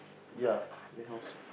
ya warehouse